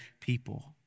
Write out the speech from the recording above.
people